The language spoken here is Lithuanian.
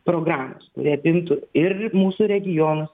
programos kuri apimtų ir mūsų regionus